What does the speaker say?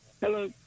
Hello